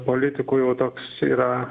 politikų jau toks yra